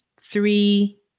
three